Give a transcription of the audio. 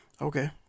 Okay